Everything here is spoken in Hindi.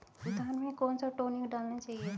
धान में कौन सा टॉनिक डालना चाहिए?